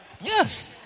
Yes